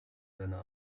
seiner